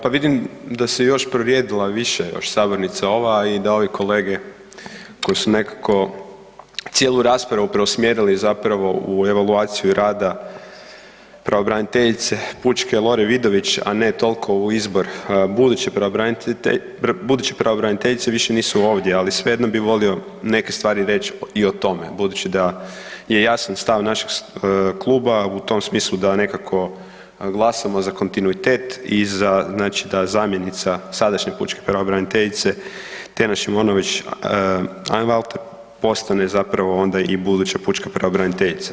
Pa vidim da se još prorijedila još više sabornica ova i da ovi kolege koji su nekako cijelu raspravu preusmjerili zapravo u evaluaciju rada pravobraniteljice pučke Lore Vidović a ne toliko u izbor buduće pravobraniteljice, višu nisu ovdje ali svejedno bi volio neke stvari reći i o tome, budući da je jasan stav našeg kluba u tom smislu da nekako glasamo za kontinuitet i znači da zamjenica sadašnje pučke pravobraniteljice Tena Šimonović Einwalter, postane zapravo onda i buduća pučka pravobraniteljica.